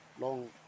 Long